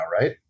right